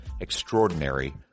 extraordinary